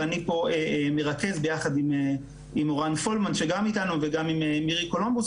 ואני פה מרכז ביחד עם מורן פולמן שגם איתנו וגם עם מירי קולומבוס,